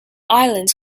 islands